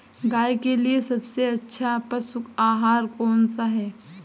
गाय के लिए सबसे अच्छा पशु आहार कौन सा है?